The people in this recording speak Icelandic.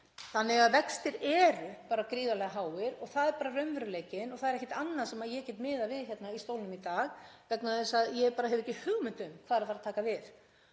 þarna. Vextir eru gríðarlega háir. Það er bara raunveruleikinn. Það er ekkert annað sem ég get miðað við hérna í stólnum í dag vegna þess að ég hef ekki hugmynd um hvað er að fara að taka við.